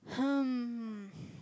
hmm